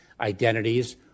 identities